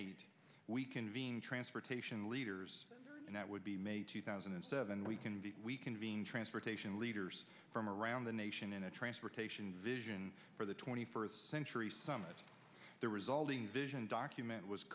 eight we convene transportation leaders and that would be may two thousand and seven we convene we convene transportation leaders from around the nation in a transportation vision for the twenty first century summit the resulting vision document was